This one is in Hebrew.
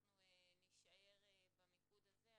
הדרכנו נשים בטיפות החלב,